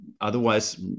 otherwise